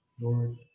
Lord